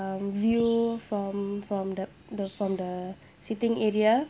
um view from from the the from the sitting area